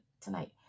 tonight